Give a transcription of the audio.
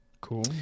Cool